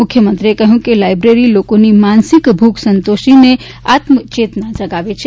મુખ્યમંત્રીએ કહ્યું કે લાયબ્રેરી લોકોની માનસિક ભૂખ સંતોષીને આત્મ ચેતના જગાવે છે